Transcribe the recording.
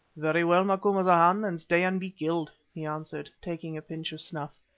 very well, macumazahn, then stay and be killed, he answered, taking a pinch of snuff.